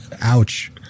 ouch